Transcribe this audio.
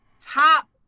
top